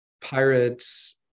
pirates